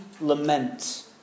lament